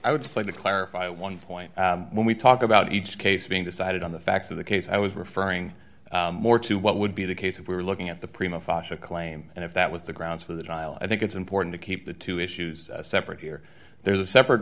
like to clarify one point when we talk about each case being decided on the facts of the case i was referring more to what would be the case if we were looking at the prima fascia claim and if that was the grounds for the trial i think it's important to keep the two issues separate here there's a separate